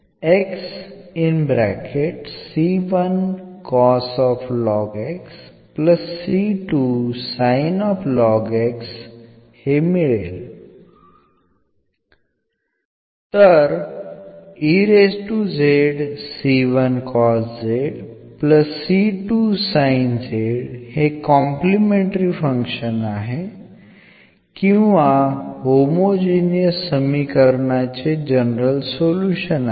तर हे complementary function आहे किंवा होमोजिनियस समीकरणाचे जनरल सोल्युशन आहे